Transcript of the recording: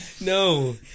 No